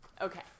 Okay